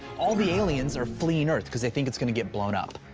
all the aliens are fleeing earth, cause they think it's gonna get blown up.